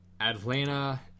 Atlanta